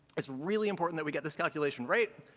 it's really important that we get this calculation right.